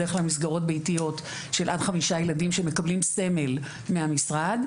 בדרך כלל מסגרות ביתיות של עד חמישה ילדים שמקבלים סמל מהמשרד,